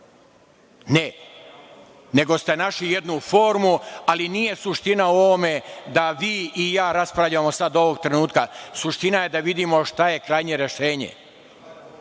Ne, nego ste našli jednu formu, ali nije suština u ovome da vi i ja raspravljamo sada ovog trenutka, suština je da vidimo šta je krajnje rešenje,